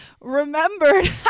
remembered